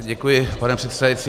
Děkuji, pane předsedající.